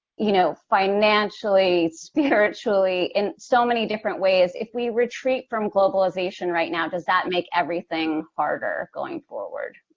you know, financially, spiritually, in so many different ways. if we retreat from globalization right now, does that make everything harder going forward?